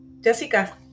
Jessica